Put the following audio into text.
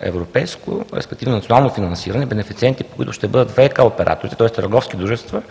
европейско, респективно национално финансиране, бенефициентите, които ще бъдат ВиК операторите, тоест, търговски дружества